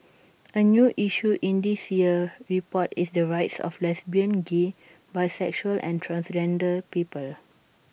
A new issue in this year's report is the rights of lesbian gay bisexual and transgender people